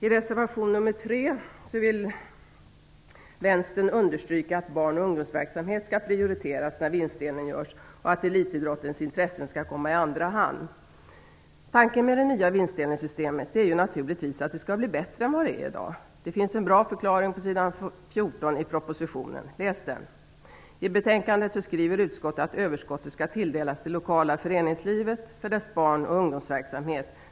I reservation nr 3 vill Vänstern understryka att barn och ungdomsverksamhet skall prioriteras när vinstdelning görs och att elitidrottens intressen skall komma i andra hand. Tanken med det nya vinstdelningssystemet är naturligtvis att det skall blir bättre än i dag. Det finns en bra förklaring på s. 14 i propositionen, läs den! I betänkandet skriver utskottet att överskottet skall tilldelas det lokala föreningslivet för dess barn och ungdomsverksamhet.